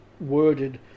worded